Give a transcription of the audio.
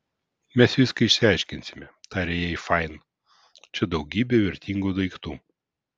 mes viską išsiaiškinsime tarė jai fain čia daugybė vertingų daiktų